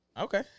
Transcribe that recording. Okay